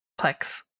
Plex